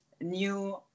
new